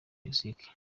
mexique